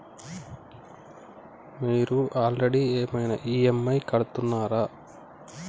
మీరు ఆల్రెడీ ఏమైనా ఈ.ఎమ్.ఐ కడుతున్నారా?